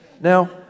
Now